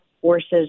forces